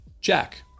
Jack